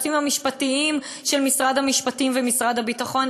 והיועצים המשפטיים של משרד המשפטים ומשרד הביטחון,